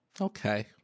Okay